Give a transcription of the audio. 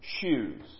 shoes